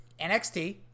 NXT